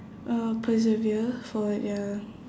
uh persevere for their